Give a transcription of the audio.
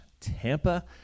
Tampa